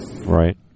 Right